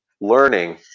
learning